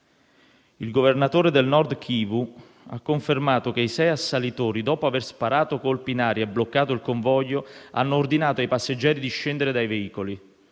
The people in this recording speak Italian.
Il governatore del Nord Kivu ha confermato che i sei assalitori, dopo aver sparato colpi in aria e bloccato il convoglio, hanno ordinato ai passeggeri di scendere dai veicoli.